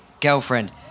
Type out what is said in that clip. girlfriend